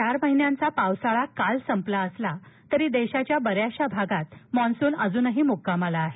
चार महिन्यांचा पावसाळा काल संपला असला तरी देशाच्या बऱ्याचशा भागात मान्सून अजून मुक्कामाला आहे